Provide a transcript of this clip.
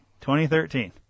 2013